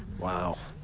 wow.